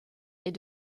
est